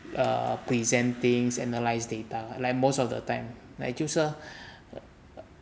err present things analyse data lah like most of the time like 就是